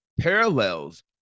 parallels